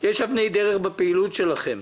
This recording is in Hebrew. יש אבני דרך בפעילות שלכם.